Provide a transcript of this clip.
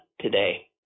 today